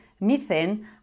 methane